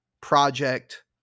project